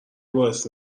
باعث